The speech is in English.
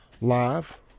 live